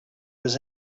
was